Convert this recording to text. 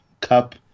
cup